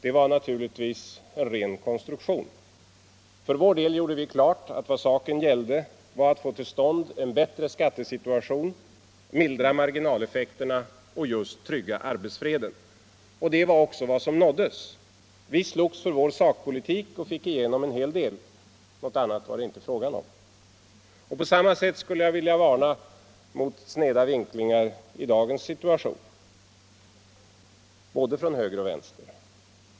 Det var naturligtvis en ren konstruktion. För vår del gjorde vi klart att vad saken gällde var att få till stånd en bättre skattesituation, mildra marginaleffekterna och trygga arbetsfreden. Det är också vad som nåtts. Vi slogs för vår sakpolitik och fick igenom en hel del. Något annat var det inte fråga om. På samma sätt skulle jag vilja varna mot sneda vinklingar i dagens situation, både från höger och vänster.